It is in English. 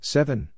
Seven